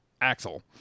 Axel